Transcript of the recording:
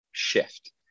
shift